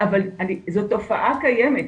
אבל זו תופעה קיימת.